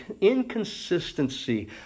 inconsistency